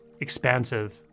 expansive